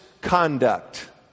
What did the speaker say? conduct